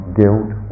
guilt